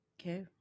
Okay